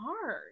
hard